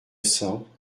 cents